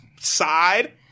side